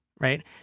right